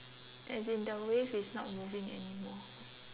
as in the wave is not moving anymore